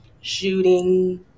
shooting